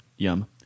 Yum